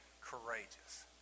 courageous